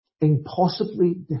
impossibly